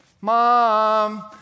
Mom